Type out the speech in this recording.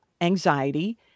anxiety